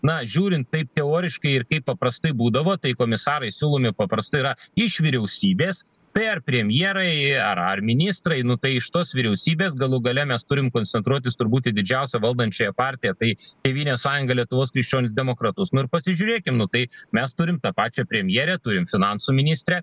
na žiūrint taip teoriškai ir kaip paprastai būdavo tai komisarai siūlomi paprastai yra iš vyriausybės tai ar premjerai ar ar ministrai nu tai iš tos vyriausybės galų gale mes turim koncentruotis turbūt į didžiausią valdančiąją partiją tai tėvynės sąjungą lietuvos krikščionis demokratus nu ir pasižiūrėkim nu tai mes turim tą pačią premjerę turim finansų ministrę